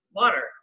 water